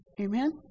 Amen